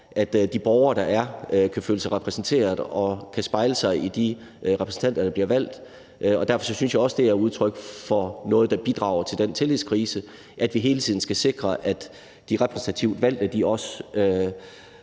at de borgere, der er, kan føle sig repræsenteret og kan spejle sig i de repræsentanter, der bliver valgt. Derfor synes jeg også, at det er et udtryk for noget, der bidrager til den tillidskrise, at vi hele tiden skal sikre, at de repræsentativt valgte også